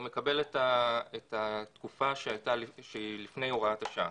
הוא מקבל את התקופה שהיא לפני הוראת השעה,